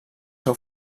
seu